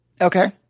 Okay